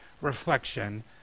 reflection